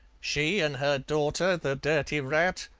she an' her daughter, the dirty rat.